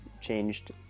changed